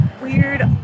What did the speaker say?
weird